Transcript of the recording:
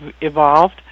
evolved